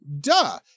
duh